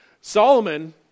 Solomon